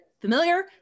familiar